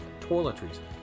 toiletries